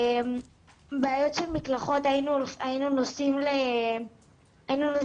בעיות של מקלחות היינו נוסעים ל --- (נותקה